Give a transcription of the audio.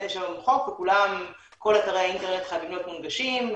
יש חוק וכל אתרי האינטרנט חייבים להיות מונגשים,